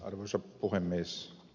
arvoisa puhemies